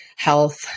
health